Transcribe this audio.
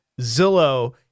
Zillow